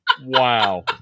Wow